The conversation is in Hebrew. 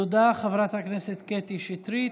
תודה, חברת הכנסת קטי שטרית.